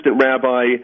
rabbi